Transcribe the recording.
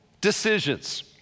decisions